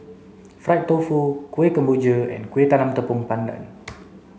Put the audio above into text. fried tofu Kueh Kemboja and Kuih Talam Tepong Pandan